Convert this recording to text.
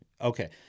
okay